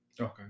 okay